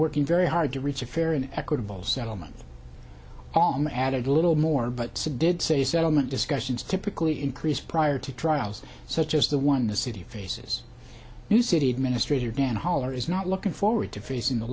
working very hard to reach a fair and equitable settlement on the added a little more but it did say settlement discussions typically increase prior to trials such as the one the city faces new city administrator dan holler is not looking forward to facing the